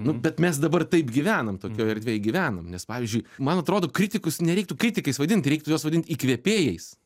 nu bet mes dabar taip gyvenam tokioj erdvėj gyvenam nes pavyzdžiui man atrodo kritikus nereiktų kritikais vadint tai reiktų juos vadint įkvėpėjais